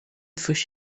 coś